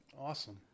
Awesome